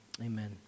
Amen